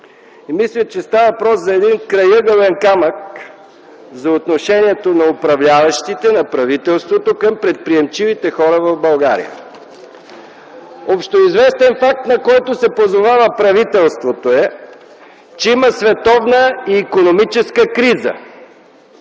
2. Мисля, че става въпрос за един крайъгълен камък за отношението на управляващите, на правителството, към предприемчивите хора в България. Общоизвестен факт, на който се позовава правителството, е, че има световна икономическа криза.